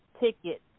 ticket